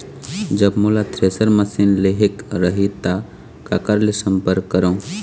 जब मोला thresher machine लेहेक रही ता काकर ले संपर्क करों?